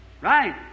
Right